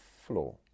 floor